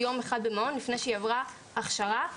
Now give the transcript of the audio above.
עברה הכשרה.